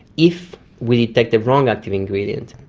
if we detect the wrong active ingredient,